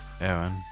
Aaron